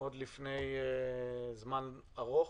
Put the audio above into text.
לפני זמן ארוך.